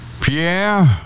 Pierre